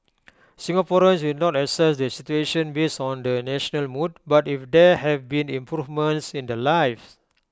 Singaporeans will not assess the situation based on the national mood but if there have been improvements in their lives